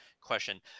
question